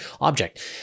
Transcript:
object